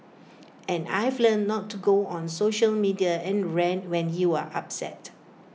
and I've learnt not to go on social media and rant when you're upset